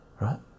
Right